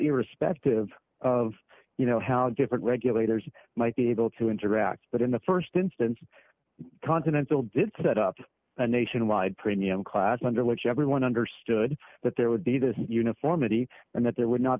irrespective of you know how different regulators might be able to interact but in the st instance continental did set up a nationwide premium class under which everyone understood that there would be this uniformity and that there would not